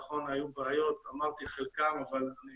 נכון, היו בעיות, אמרתי את חלקם, אבל אני